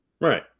Right